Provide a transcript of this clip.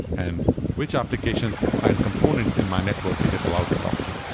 and which applications and components in my network is it allowed to talk to?